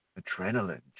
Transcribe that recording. adrenaline